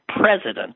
president